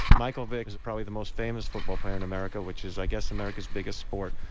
michael vick is probably the most famous football player in america which is i guess, america's biggest sport.